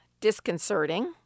disconcerting